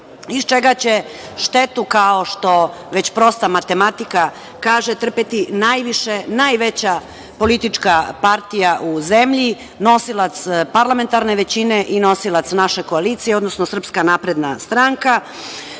iz čega će štetu, kao što već prosta matematika kaže, trpeti najveća politička partija u zemlji, nosilac parlamentarne većine i nosilac naše koalicije odnosno SNS, zato što